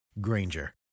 Granger